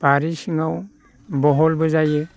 बारि सिङाव बहलबो जायो